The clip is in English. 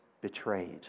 betrayed